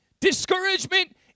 discouragement